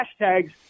hashtags